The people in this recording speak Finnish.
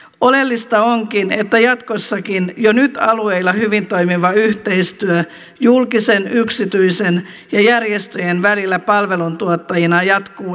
oleellista onkin että jatkossakin jo nyt alueilla hyvin toimiva yhteistyö julkisen yksityisen ja järjestöjen välillä palveluntuottajina jatkuu edelleenkin